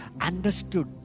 understood